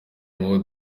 ngo